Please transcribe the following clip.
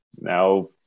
now